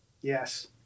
Yes